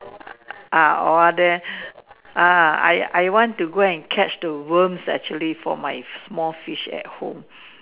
ah owe there ah I I want to go and catch the worm actually for my small fish at home